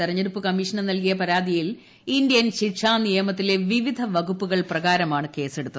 ഉത്രത്തെടുപ്പ് കമ്മീഷനു നൽകിയ പരാതിയിൽ ഇന്ത്യൻ ശ്രീക്ഷാ് നിമയത്തിലെ വിവിധ വകുപ്പുകൾ പ്രകാരമാണ് കേസ്റ്റ്ടുത്ത്